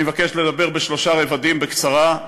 אני מבקש לדבר בשלושה רבדים, בקצרה.